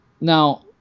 Now